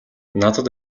надад